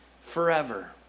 forever